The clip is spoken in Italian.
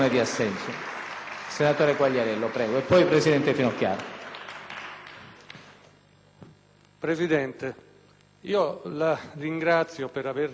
Presidente, la ringrazio per aver riportato l'Aula a compostezza